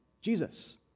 Jesus